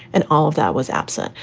and all of that was apsa.